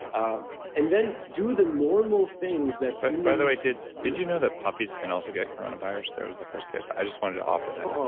um and then do the normal things that humansdave by the way, did did you know that puppies can also get coronavirus? there was the first case. i just wanted to offer that